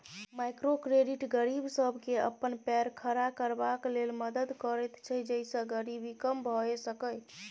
micro credit गरीब सबके अपन पैर खड़ा करबाक लेल मदद करैत छै जइसे गरीबी कम भेय सकेए